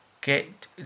get